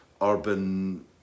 urban